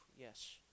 yes